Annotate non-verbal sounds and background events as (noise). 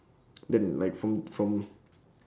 (breath) (noise) then like from from